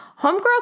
homegirls